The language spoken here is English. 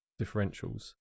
differentials